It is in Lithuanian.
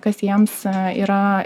kas jiems yra